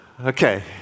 Okay